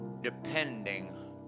depending